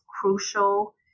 crucial